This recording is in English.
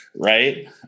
right